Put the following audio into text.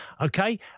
Okay